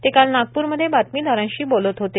ते काल नागप्रमध्ये बातमीदारांशी बोलत होते